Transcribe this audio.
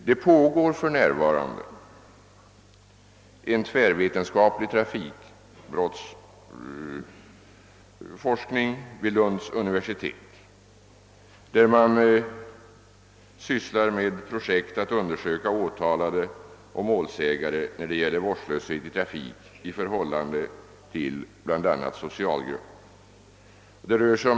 En tvärvetenskaplig trafikbrottsforskning pågår för närvarande vid Lunds universitet. Man undersöker därvid åtalade och målsägande när det gäller vårdslöshet i trafik i förhållande till bl.a. socialgrupper.